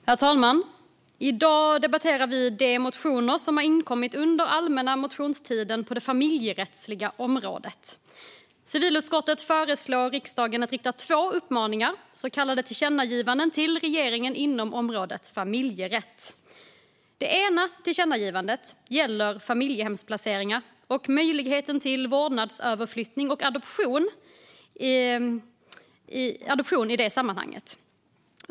Herr talman! I dag debatterar vi de motioner som inkommit under allmänna motionstiden på det familjerättsliga området. Civilutskottet föreslår riksdagen att rikta två uppmaningar, så kallade tillkännagivanden, till regeringen inom området familjerätt. Det ena tillkännagivandet gäller familjehemsplaceringar och möjligheten till vårdnadsöverflyttning och adoption i det sammanhanget.